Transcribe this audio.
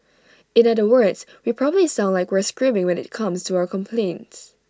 in other words we probably sound like we're screaming when IT comes to our complaints